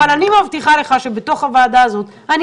אבל אני מבטיחה לך שבתוך הוועדה הזאת אני